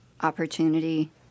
opportunity